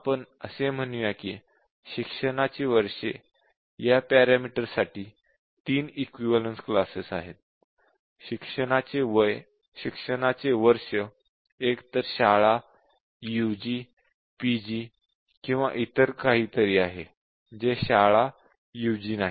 आपण असे म्हणूया की शिक्षणाची वर्षे या पॅरामीटरसाठी तीन इक्विवलेन्स क्लासेस आहेत शिक्षणाचे वर्ष एकतर शाळा यूजी पीजी किंवा इतर काहीतरी आहे जे शाळा यूजी नाही